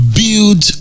build